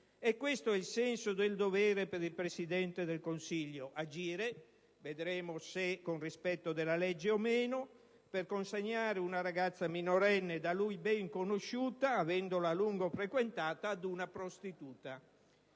questo è il senso del dovere per il Presidente del Consiglio: agire - vedremo se con rispetto della legge o meno - per consegnare una ragazza minorenne, da lui ben conosciuta, avendola a lungo frequentata, ad una prostituta.